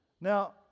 now